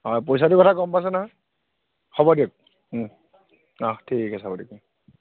হয় পইচাটোৰ কথা গম পাইছে নহয় হ'ব দিয়ক অঁ ঠিক আছে হ'ব দিয়ক